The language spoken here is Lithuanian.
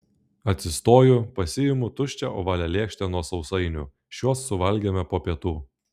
atsistoju pasiimu tuščią ovalią lėkštę nuo sausainių šiuos suvalgėme po pietų